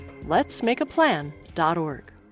LetsMakeAPlan.org